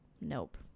nope